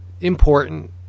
important